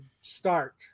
start